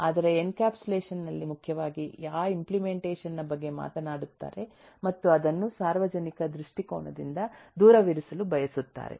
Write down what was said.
ಆದರೆ ಎನ್ಕ್ಯಾಪ್ಸುಲೇಷನ್ ನಲ್ಲಿ ಮುಖ್ಯವಾಗಿ ಆ ಇಂಪ್ಲೆಮೆಂಟೇಷನ್ ನ ಬಗ್ಗೆ ಮಾತನಾಡುತ್ತಾರೆ ಮತ್ತು ಅದನ್ನು ಸಾರ್ವಜನಿಕ ದೃಷ್ಟಿಕೋನದಿಂದ ದೂರವಿರಿಸಲು ಬಯಸುತ್ತಾರೆ